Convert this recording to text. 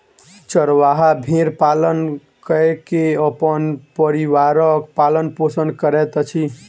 चरवाहा भेड़ पालन कय के अपन परिवारक पालन पोषण करैत अछि